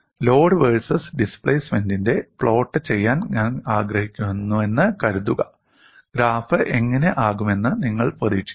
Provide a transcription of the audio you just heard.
load versus ഡിസ്പ്ലേസ്മെൻറിനെ plot ചെയ്യാൻ ഞാൻ ആഗ്രഹിക്കുന്നുവെന്ന് കരുതുക ഗ്രാഫ് എങ്ങനെ ആകുമെന്ന് നിങ്ങൾ പ്രതീക്ഷിക്കുന്നു